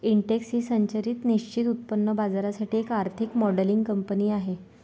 Intex ही संरचित निश्चित उत्पन्न बाजारासाठी एक आर्थिक मॉडेलिंग कंपनी आहे